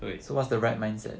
对